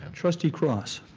um trustee cross.